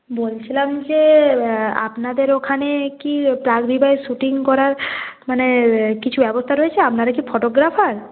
বলছিলাম যে আপনাদের ওখানে কি প্রাক বিবাহের শুটিং করার মানে কিছু ব্যবস্থা রয়েছে আপনারা কি ফটোগ্রাফার